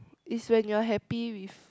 is when you're happy with